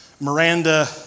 Miranda